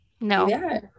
No